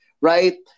right